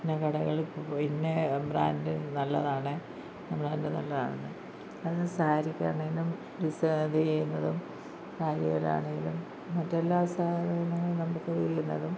ഇന്ന കടകളിൽ പോ ഇന്ന ബ്രാൻഡ് നല്ലതാണ് ബ്രാൻഡ് നല്ലതാണ് അത് സാരിക്കാണെങ്കിലും ഡിസ് ഇത് ചെയ്യുന്നതും സാരിയിലാണെങ്കിലും മറ്റെല്ലാ സാധനങ്ങളും നമുക്ക് ഇത് ചെയ്യുന്നതും